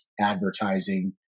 advertising